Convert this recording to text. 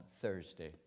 Thursday